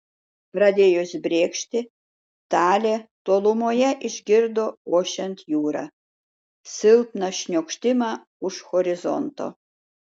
pradėjus brėkšti talė tolumoje išgirdo ošiant jūrą silpną šniokštimą už horizonto